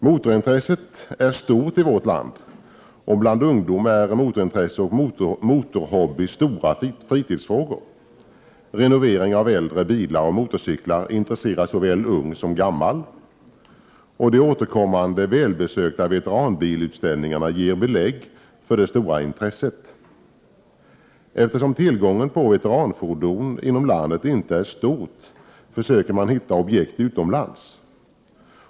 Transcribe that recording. Motorintresset är stort i vårt land. Bland ungdom är motorintresse och motorhobby stora fritidsfrågor. Renovering av äldre bilar och motorcyklar intresserar såväl gammal som ung. De återkommande, välbesökta veteranbilsutställningarna ger belägg för det stora intresset. Eftersom tillgången på veteranfordon inom landet inte är stor, försöker man hitta objekt utomlands.